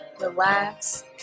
relax